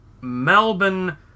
Melbourne